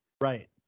Right